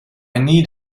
need